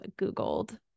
Googled